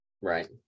Right